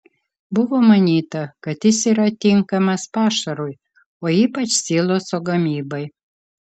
buvo manyta kad jis yra tinkamas pašarui o ypač siloso gamybai